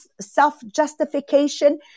self-justification